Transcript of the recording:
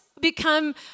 become